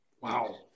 wow